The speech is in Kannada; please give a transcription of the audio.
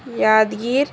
ಯಾದ್ಗಿರಿ